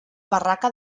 barraca